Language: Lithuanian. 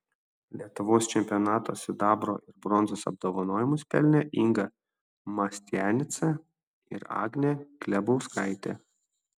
lietuvos čempionato sidabro ir bronzos apdovanojimus pelnė inga mastianica ir agnė klebauskaitė